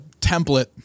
template